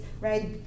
right